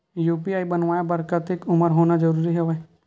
UPI बनवाय बर कतेक उमर होना जरूरी हवय?